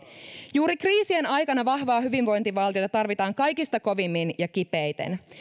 juuri kriisien aikana vahvaa hyvinvointivaltiota tarvitaan kaikista kovimmin ja kipeiten